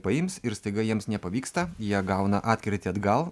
paims ir staiga jiems nepavyksta jie gauna atkirtį atgal